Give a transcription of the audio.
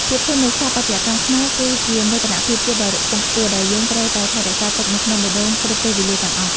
ភាពធន់នៃស្ថាបត្យកម្មខ្មែរគឺជាមោទនភាពជាតិដ៏ខ្ពង់ខ្ពស់ដែលយើងត្រូវតែរក្សារទុកនៅក្នុងបេះដូងគ្រប់ពេលវេលាទាំងអស់។